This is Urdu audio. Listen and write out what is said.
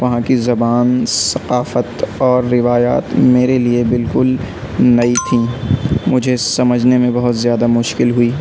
وہاں کی زبان ثقافت اور روایات میرے لیے بالکل نئی تھی مجھے سمجھنے میں بہت زیادہ مشکل ہوئی